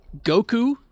Goku